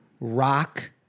rock